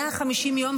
150 יום,